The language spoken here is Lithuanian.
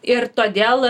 ir todėl